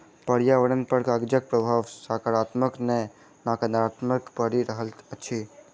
पर्यावरण पर कागजक प्रभाव साकारात्मक नै नाकारात्मक पड़ि रहल अछि